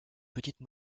petites